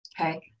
Okay